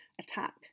attack